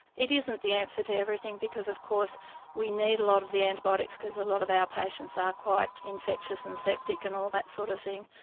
it isn't the answer to everything because of course we need a lot of the antibiotics because a lot of our patients are quite infectious and septic and all that sort of thing.